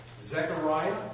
Zechariah